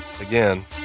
again